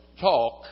talk